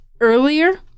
earlier